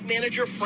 manager